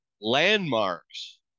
landmarks